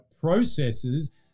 processes